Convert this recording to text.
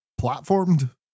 platformed